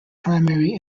primary